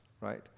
right